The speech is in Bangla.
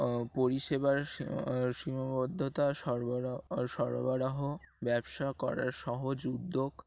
পরিষেবার সীমাবদ্ধতা সরবরাহ সরবরাহ ব্যবসা করার সহজ উদ্যোগ